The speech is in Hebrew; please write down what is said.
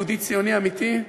יהודי ציוני אמיתי,